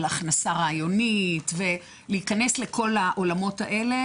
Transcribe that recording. הכנסה רעיונית ולהיכנס לכל העולמות האלה.